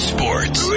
Sports